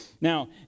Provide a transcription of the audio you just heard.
Now